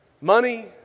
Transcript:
money